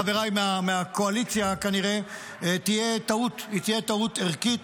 חבריי מהקואליציה, כנראה, תהיה טעות ערכית.